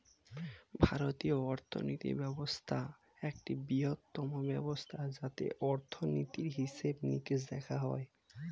ভারতীয় অর্থনৈতিক ব্যবস্থা একটি বৃহত্তম ব্যবস্থা যাতে অর্থনীতির হিসেবে নিকেশ দেখা হয়